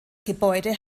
gebäude